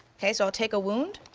kay, so i'll take a wound,